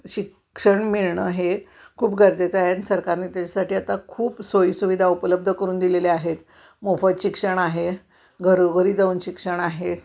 शिक्षण मिळणं हे खूप गरजेचं आहे आणि सरकारने त्याचसाठी आता खूप सोईसुविधा उपलब्ध करून दिलेल्या आहेत मोफत शिक्षण आहे घरोघरी जाऊन शिक्षण आहे